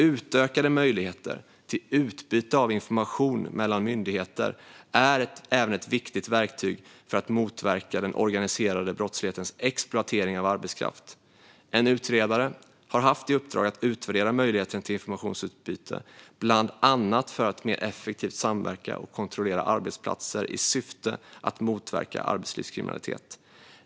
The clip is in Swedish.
Utökade möjligheter till utbyte av information mellan myndigheter är även ett viktigt verktyg för att motverka den organiserade brottslighetens exploatering av arbetskraft. En utredare har haft i uppdrag att utvärdera möjligheterna till informationsutbyte bland annat för att mer effektivt samverka och kontrollera arbetsplatser i syfte att motverka arbetslivskriminalitet.